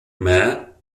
mayor